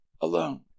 alone